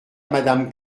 madame